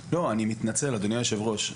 לא, אני מתנצל, אדוני היושב-ראש.